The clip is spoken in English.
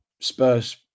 Spurs